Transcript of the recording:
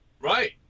Right